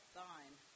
thine